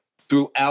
throughout